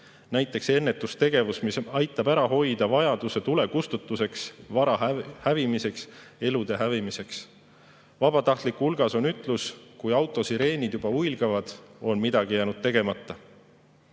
Näiteks ennetustegevus, mis aitab ära hoida vajaduse tulekustutuseks, vara hävimise, elude hävimise. Vabatahtlike hulgas on ütlus: kui autosireenid huilgavad, on midagi jäänud tegemata.